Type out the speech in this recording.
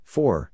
Four